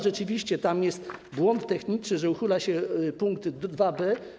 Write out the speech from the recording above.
Rzeczywiście tam jest błąd techniczny, że uchyla się pkt 2b.